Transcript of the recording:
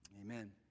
Amen